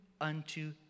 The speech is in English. unto